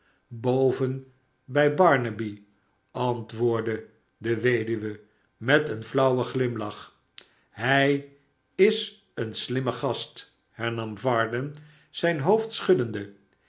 boven bij barnaby antwoordde de weduwe met een flauwen glimlach hij is een slimme gast hernam varden zijn hoofd schuddende